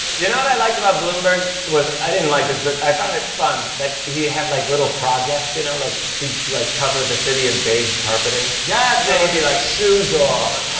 you know what i liked about bloomberg was i didn't like this, but i found it fun that he had like little projects, you know? like he'd like cover the city in beige carpeting. yes. and then he'd be like, shoes off.